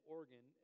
Oregon